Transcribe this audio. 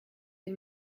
est